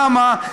למה?